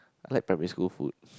I like primary school food